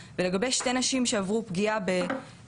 היא לא יכלה לעשות כלום בשביל להפסיק את זה,